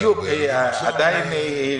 הם עושים אימונים.